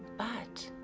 but,